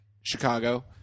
Chicago